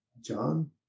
John